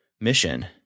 mission